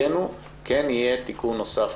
הכן הוא: כן יהיה תיקון נוסף,